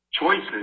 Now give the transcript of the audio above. choices